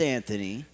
Anthony